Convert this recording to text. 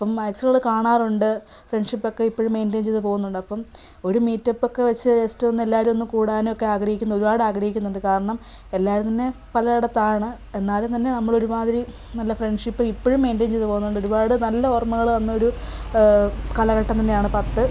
അപ്പം മാക്സിമം ഞങ്ങൾ കാണാറുണ്ട് ഫ്രണ്ട്ഷിപ്പ് ഇപ്പോഴും മെയിൻ്റെയിൻ ചെയ്ത് പോവുന്നുണ്ട് അപ്പം ഒരു മീറ്റപ്പ് ഒക്കെ വെച്ച് ജസ്റ്റ് ഒന്ന് എല്ലാവരും ഒന്ന് കൂടാനൊക്കെ ആഗ്രഹിക്കുന്ന ഒരുപാട് ആഗ്രഹിക്കുന്നുണ്ട് കാരണം എല്ലാവരും തന്നെ പല ഇടത്താണ് എന്നാലും തന്നെ നമ്മളൊരുമാതിരി നല്ല ഫ്രണ്ട്ഷിപ്പ് ഇപ്പോഴും മെയിൻ്റെയിൻ ചെയ്ത് പോവുന്നുണ്ട് ഒരുപാട് നല്ല ഓർമ്മകൾ തന്നൊരു കാലഘട്ടം തന്നെയാണ് പത്ത്